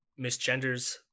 misgenders